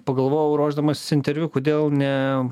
pagalvojau ruošdamasis interviu kodėl ne